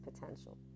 potential